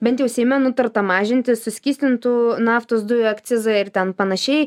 bent jau seime nutarta mažinti suskystintų naftos dujų akcizai ir ten panašiai